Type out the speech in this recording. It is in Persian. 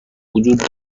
وجود